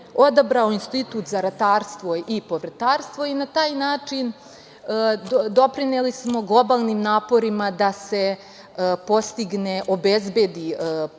odabrao Institut za ratarstvo i povrtarstvo, i na taj način doprineli smo globalnim naporima da se postigne, obezbedi prehrambena